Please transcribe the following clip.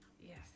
yes